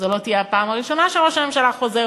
זו לא תהיה הפעם הראשונה שראש הממשלה חוזר